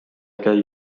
käi